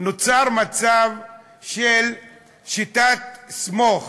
נוצר מצב של שיטת "סמוך",